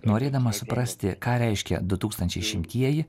norėdamas suprasti ką reiškia du tūkstančiai šimtieji